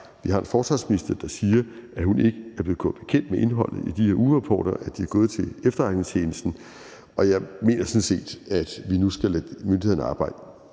Vi har en forsvarsminister, der siger, at hun ikke er blevet gjort bekendt med, at indholdet af de her ugerapporter er gået til efterretningstjenesten, og jeg mener sådan set, at vi nu skal lade myndighederne arbejde.